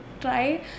try